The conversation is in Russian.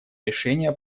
решения